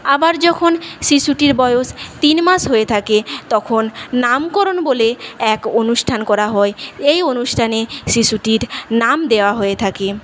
আবার যখন শিশুটির বয়স তিন মাস হয়ে থাকে তখন নামকরণ বলে এক অনুষ্ঠান করা হয় এই অনুষ্ঠানে শিশুটির নাম দেওয়া হয়ে থাকে